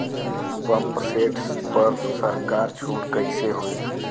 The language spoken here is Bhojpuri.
पंप सेट पर सरकार छूट कईसे होई?